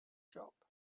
shop